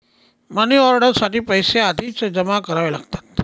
money order साठी पैसे आधीच जमा करावे लागतात